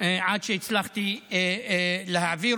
עד שהצלחתי להעביר.